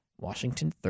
Washington